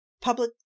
public